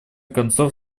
концов